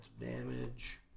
damage